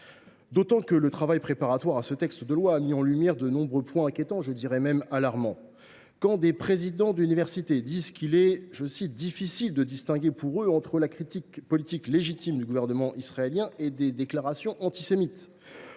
d’agir. Le travail préparatoire à ce texte a mis en lumière de nombreux points inquiétants, voire alarmants : les présidents d’université disent qu’il est « difficile de distinguer pour eux entre la critique politique légitime du gouvernement israélien et des déclarations antisémites »